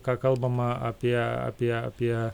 ką kalbama apie apie apie